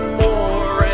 more